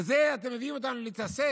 בזה אתם מביאים אותנו להתעסק?